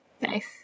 Nice